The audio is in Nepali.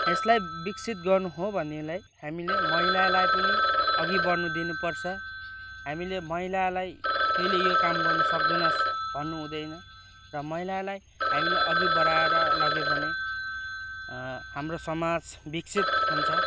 यसलाई विकसित गर्नु हो भनेदेखिलाई हामीले महिलालाई पनि अघि बढ्नु दिनु पर्छ हामीले महिलालाई तैँले यो काम गर्नु सक्दैनस् भन्नु हुँदैन र महिलालाई हामीले अघि बढाएर लग्यो भने हाम्रो समाज विकसित हुन्छ